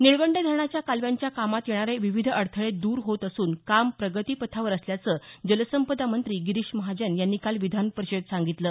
निळवंडे धरणाच्या कालव्यांच्या कामात येणारे विविध अडथळे द्र होत असून काम प्रगतीपथावर असल्याचं जलसंपदा मंत्री गिरीश महाजन यांनी काल विधान परिषदेत सांगितलं